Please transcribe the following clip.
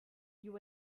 you